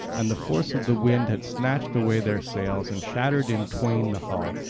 and the force of the wind had snatched away their sails and shattered in twain the hull,